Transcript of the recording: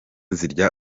zirya